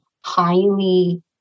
highly